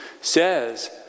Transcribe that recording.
says